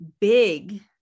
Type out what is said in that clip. big